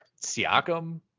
Siakam